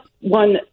one